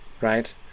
right